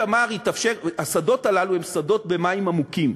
השדות הללו הם במים עמוקים.